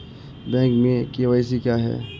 Bank में KYC क्या है?